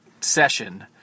session